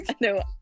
no